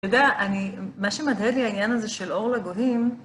אתה יודע, מה שמהדהד לי העניין הזה של אור לגויים...